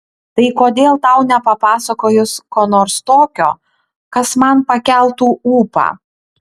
tai kodėl tau nepapasakojus ko nors tokio kas man pakeltų ūpą